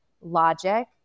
logic